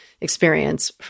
experience